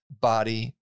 body